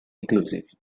inclusive